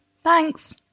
Thanks